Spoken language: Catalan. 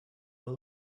pot